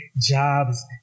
jobs